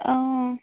অঁ